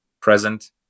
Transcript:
present